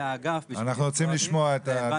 האגף בשביל לפגוע בי והבנתי שאין לי תקווה.